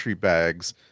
bags